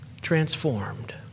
transformed